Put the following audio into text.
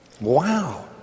Wow